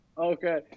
Okay